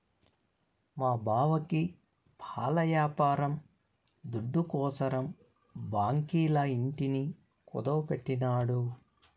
మా బావకి పాల యాపారం దుడ్డుకోసరం బాంకీల ఇంటిని కుదువెట్టినాడు